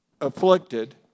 afflicted